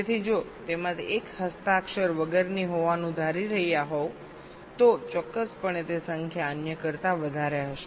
તેથી જો તેમાંથી 1 હસ્તાક્ષર વગરની હોવાનું ધારી રહ્યા હોય તો ચોક્કસપણે તે સંખ્યા અન્ય કરતા વધારે હશે